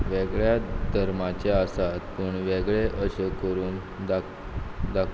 वेगळ्या धर्माचे आसात वेगळे अशें करून